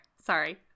Sorry